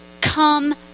come